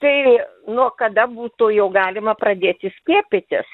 tai nuo kada būtų jau galima pradėti skiepytis